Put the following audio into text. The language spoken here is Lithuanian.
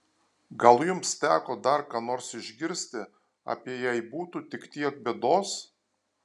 gal jums teko dar ką nors išgirsti apie jei būtų tik tiek bėdos